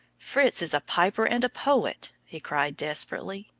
fritz is a piper and a poet, he cried desperately.